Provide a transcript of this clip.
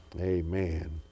Amen